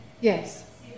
Yes